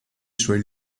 suoi